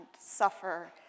suffer